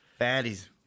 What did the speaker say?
Fatties